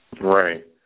Right